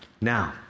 Now